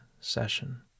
session